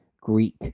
greek